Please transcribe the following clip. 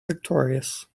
victorious